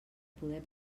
poder